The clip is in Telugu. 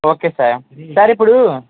ఒకే సార్ సార్ ఇప్పుడు